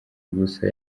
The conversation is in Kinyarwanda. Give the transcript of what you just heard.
gusa